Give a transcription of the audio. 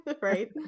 Right